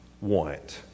want